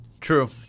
True